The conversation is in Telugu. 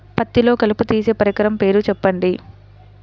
పత్తిలో కలుపు తీసే పరికరము పేరు చెప్పండి